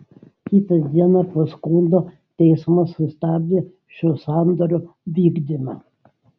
kitą dieną po skundo teismas sustabdė šio sandorio vykdymą